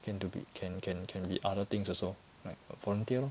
can to be can can can be other things also like a volunteer lor